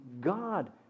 God